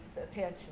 attention